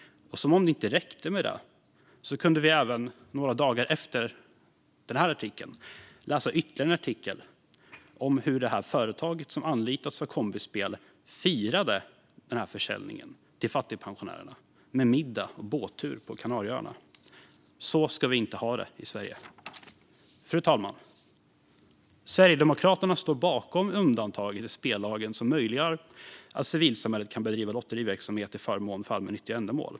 Och som om det inte räckte med detta kunde vi några dagar efter att denna artikel kom läsa ytterligare en artikel. Den handlade om att företaget som anlitats av Kombispel firade försäljningen till fattigpensionärerna med middag och båttur på Kanarieöarna. Så ska vi inte ha det i Sverige. Fru talman! Sverigedemokraterna står bakom undantaget i spellagen som möjliggör att civilsamhället kan bedriva lotteriverksamhet till förmån för allmännyttiga ändamål.